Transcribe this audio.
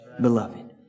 beloved